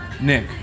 Nick